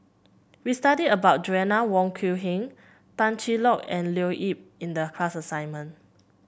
we studied about Joanna Wong Quee Heng Tan Cheng Lock and Leo Yip in the class assignment